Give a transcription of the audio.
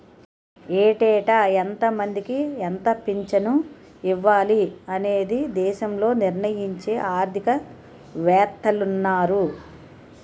ఏటేటా ఎంతమందికి ఎంత పింఛను ఇవ్వాలి అనేది దేశంలో నిర్ణయించే ఆర్థిక వేత్తలున్నారు